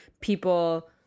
people